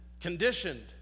conditioned